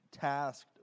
tasked